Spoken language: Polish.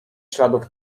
śladów